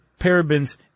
parabens